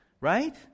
Right